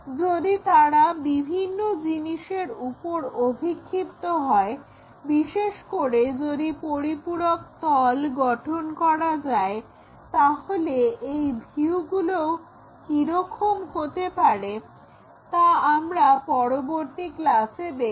যদি তারা বিভিন্ন জিনিসের উপর অভিক্ষিপ্ত হয় বিশেষ করে যদি পরিপূরক তল গঠন করা যায় তাহলে এই ভিউগুলো কি রকম হতে পারে তা আমরা পরবর্তী ক্লাসে দেখব